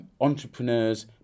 entrepreneurs